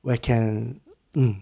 where it can hmm